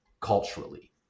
culturally